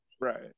Right